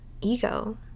ego